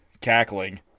cackling